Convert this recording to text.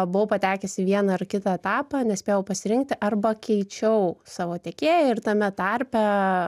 buvau patekęs į vieną ar kitą etapą nespėjau pasirinkti arba keičiau savo tiekėją ir tame tarpe